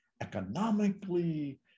economically